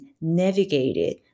navigated